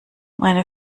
meine